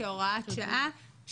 כהוראת שעה,